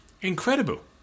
Incredible